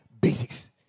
Basics